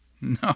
No